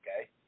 okay